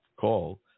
call